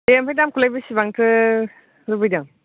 दे आमफाय दामखौलाय बिसिबांथो लुबैदों